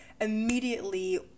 Immediately